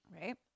right